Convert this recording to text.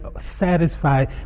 satisfied